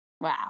Wow